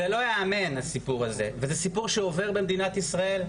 זה לא יאמן הסיפור הזה וזה סיפור שעובר במדינת ישראל,